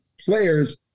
players